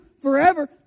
forever